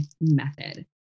method